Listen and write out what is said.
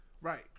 right